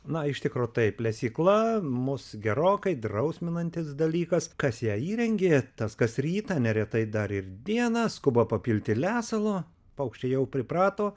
na iš tikro taip lesykla mus gerokai drausminantis dalykas kas ją įrengė tas kas rytą neretai dar ir dieną skuba papilti lesalo paukščiai jau priprato